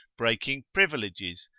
breaking privileges,